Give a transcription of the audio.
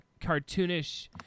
cartoonish